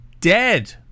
Dead